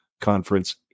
conference